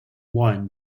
won